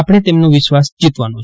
આપણે તેમનો વિશ્વાસ જીતવાનો છે